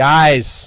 Guys